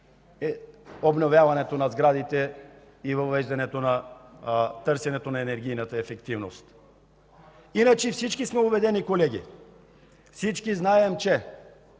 обновяването на сградите и въвеждането, търсенето на енергийна ефективност. Иначе всички сме убедени, колеги. Всички знаем, че